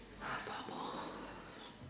four more